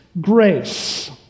grace